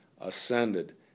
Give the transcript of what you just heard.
ascended